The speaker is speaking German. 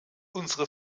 unsere